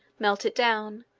melt it down,